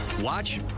watch